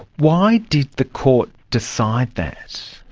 why did the court decide that?